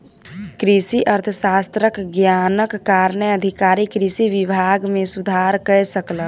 कृषि अर्थशास्त्रक ज्ञानक कारणेँ अधिकारी कृषि विभाग मे सुधार कय सकला